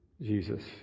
Jesus